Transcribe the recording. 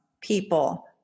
people